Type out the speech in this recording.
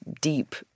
deep